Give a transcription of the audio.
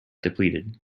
depleted